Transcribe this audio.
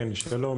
שלום.